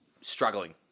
struggling